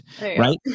Right